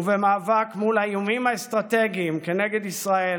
ובמאבק מול האיומים האסטרטגיים כנגד ישראל,